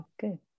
good